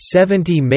Seventy